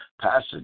passage